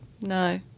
No